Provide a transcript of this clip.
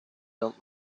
built